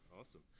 Awesome